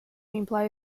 imply